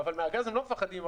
מהגז הם לא מפחדים,